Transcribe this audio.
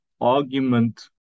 argument